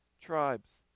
tribes